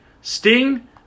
Sting